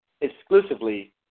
exclusively